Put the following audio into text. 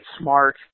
Smart